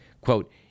quote